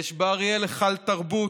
יש באריאל היכל תרבות,